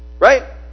Right